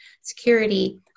security